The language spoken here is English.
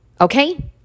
okay